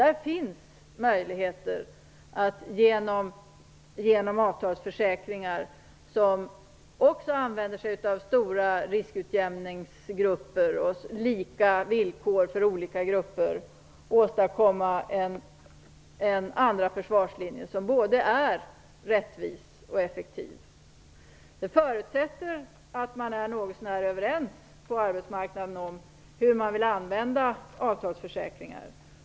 Det finns möjligheter att genom avtalsförsäkringar med stora riskutjämningsgrupper och lika villkor för olika grupper åstadkomma en andra försvarslinje som både är rättvis och effektiv. Det förutsätter att man är något så när överens på arbetsmarknaden om hur man vill använda avtalsförsäkringar.